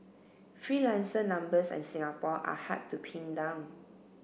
freelancer numbers in Singapore are hard to pin down